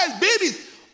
babies